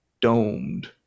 domed